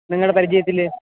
നിങ്ങളുടെ പരിചയത്തിൽ